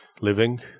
living